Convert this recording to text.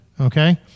Okay